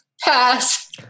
pass